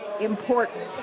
important